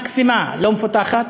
מקסימה, לא מפותחת,